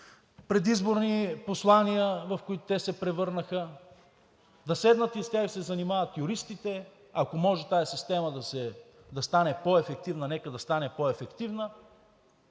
предизборни послания, в които те се превърнаха, да седнат и с тях да се занимават юристите. Ако може тази система да стане по-ефективна, нека да стане по-ефективна,